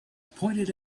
pointed